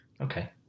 okay